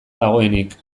dagoenik